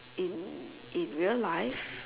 in in real life